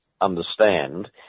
understand